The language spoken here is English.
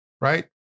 right